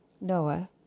Noah